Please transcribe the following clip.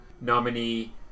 nominee